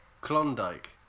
Klondike